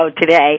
today